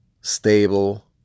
stable